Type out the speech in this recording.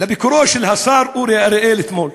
לביקורו של השר אורי אריאל אתמול.